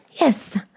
Yes